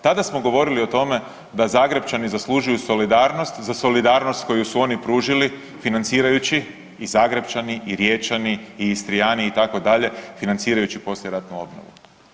Tada smo govorili o tome da Zagrepčani zaslužuju solidarnost za solidarnost koju su oni pružili financirajući i Zagrepčani i Riječani i Istrijani itd. financirajući poslijeratnu obnovu.